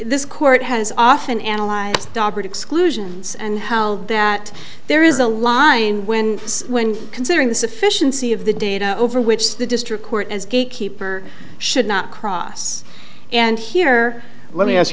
this court has often analyzed operate exclusions and held that there is a line when considering the sufficiency of the data over which the district court as gatekeeper should not cross and here let me ask